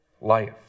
life